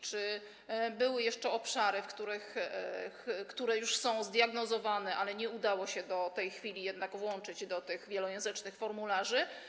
Czy były jeszcze obszary, które już są zdiagnozowane, ale nie udało się do tej chwili jednak włączyć do tych wielojęzycznych formularzy?